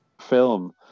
film